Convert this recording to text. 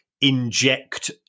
inject